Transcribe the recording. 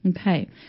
Okay